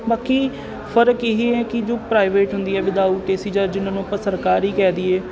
ਬਾਕੀ ਫ਼ਰਕ ਇਹ ਹੀ ਹੈ ਕਿ ਜੋ ਪ੍ਰਾਈਵੇਟ ਹੁੰਦੀ ਹੈ ਵਿਦਾਊਟ ਏ ਸੀ ਜਾਂ ਜਿਹਨਾਂ ਨੂੰ ਆਪਾਂ ਸਰਕਾਰੀ ਕਹਿ ਦੇਈਏ